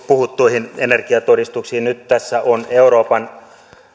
puhuttuihin energiatodistuksiin nyt tässä on euroopan